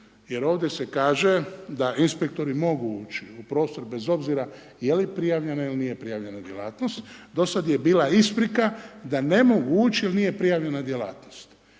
jer ovdje se kaže da inspektori mogu uči u prostor bez obzora je li prijavljena ili prijavljena djelatnost, do sad je bila isprika da mogu ući jer nije prijavljena djelatnost.